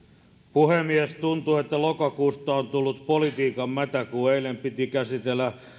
puhemies tuntuu että lokakuusta on tullut politiikan mätäkuu kun eilen piti käsitellä